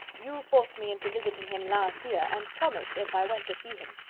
you forced me into visiting him last year, and promised, if i went to see him,